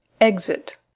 Exit